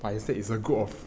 but instead is a group of